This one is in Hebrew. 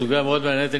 סוגיה מאוד מעניינת.